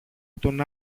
τον